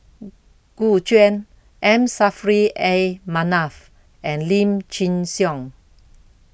Gu Juan M Saffri A Manaf and Lim Chin Siong